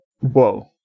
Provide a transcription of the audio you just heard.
Whoa